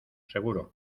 seguro